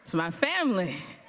so my family.